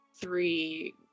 three